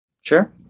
Sure